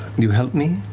you help me,